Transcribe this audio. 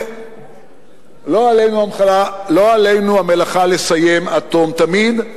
ולא עלינו המלאכה לסיים עד תום תמיד,